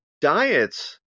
Diets